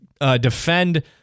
defend